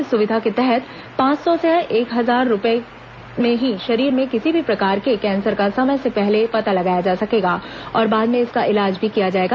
इस सुविधा के तहत पांच सौ से हजार रूपये में ही शरीर में किसी भी प्रकार के कैंसर का समय से पहले से पता लगाया जा सकेगा और बाद में इसका इलाज भी किया जाएगा